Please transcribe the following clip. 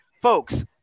folks